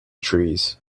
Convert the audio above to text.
trees